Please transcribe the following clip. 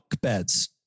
beds